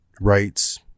rights